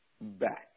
back